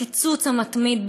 הקיצוץ המתמיד,